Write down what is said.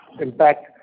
impact